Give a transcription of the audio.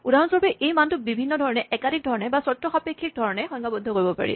উদাহৰমস্বৰূপে এই মানটো বিভিন্ন ধৰণে একাধিক ধৰণে চৰ্তসাপেক্ষিক ধৰণে সংজ্ঞাবদ্ধ কৰিব পাৰি